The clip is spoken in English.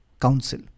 Council